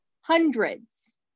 hundreds